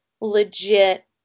legit